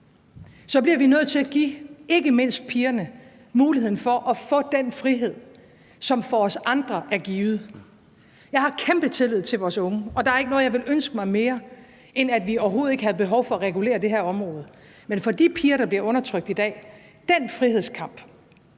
så bliver vi nødt til at give ikke mindst pigerne muligheden for at få den frihed, som for os andre er givet. Jeg har kæmpe tillid til vores unge, og der er ikke noget, jeg ville ønske mig mere, end at vi overhovedet ikke havde behov for at regulere det her område. Men den frihedskamp for de piger, der bliver undertrykt i dag, ville